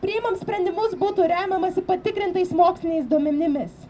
priimant sprendimus būtų remiamasi patikrintais moksliniais duomenimis